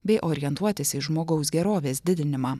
bei orientuotis į žmogaus gerovės didinimą